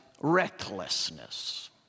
recklessness